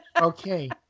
Okay